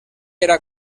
era